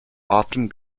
often